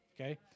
Okay